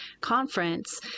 conference